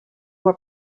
were